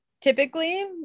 Typically